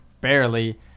barely